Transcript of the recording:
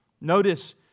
Notice